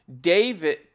david